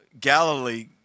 Galilee